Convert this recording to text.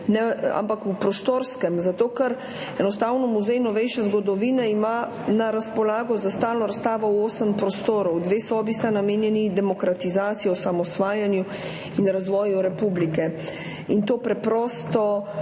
ampak v prostorskem, zato ker ima enostavno Muzej novejše zgodovine na razpolago za stalno razstavo osem prostorov, dve sobi sta namenjeni demokratizaciji, osamosvajanju in razvoju republike. To preprosto